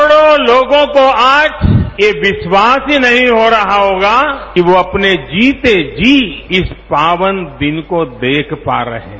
करोड़ों लोगों को आज ये विश्वास ही नहीं हो रहा होगा कि वो अपने जीते जी इस पावन दिन को देख पा रहे हैं